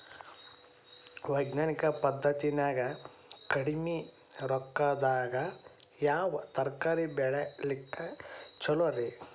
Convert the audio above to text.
ವೈಜ್ಞಾನಿಕ ಪದ್ಧತಿನ್ಯಾಗ ಕಡಿಮಿ ರೊಕ್ಕದಾಗಾ ಯಾವ ತರಕಾರಿ ಬೆಳಿಲಿಕ್ಕ ಛಲೋರಿ?